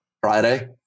Friday